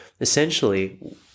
essentially –